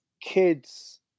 kids